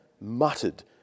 muttered